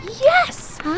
Yes